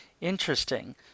Interesting